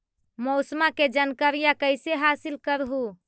मौसमा के जनकरिया कैसे हासिल कर हू?